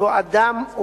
שבו אדם,